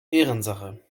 ehrensache